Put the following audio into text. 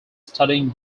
studying